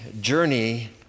journey